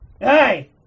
Hey